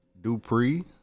Dupree